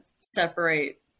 separate